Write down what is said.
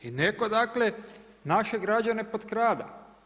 I netko dakle naše građane potkrada.